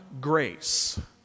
grace